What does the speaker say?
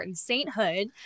sainthood